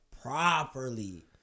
properly